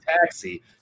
Taxi